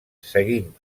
seguint